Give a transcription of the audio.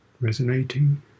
Resonating